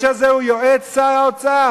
והאיש הזה הוא יועץ שר האוצר.